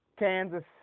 Kansas